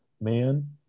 man